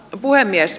puhemies